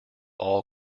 all